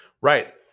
Right